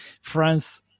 France